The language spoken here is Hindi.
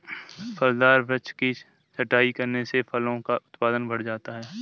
फलदार वृक्ष की छटाई करने से फलों का उत्पादन बढ़ जाता है